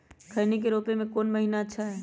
खैनी के रोप के कौन महीना अच्छा है?